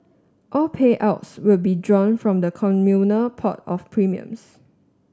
all payouts will be drawn from the communal pot of premiums